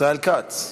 ישראל כץ.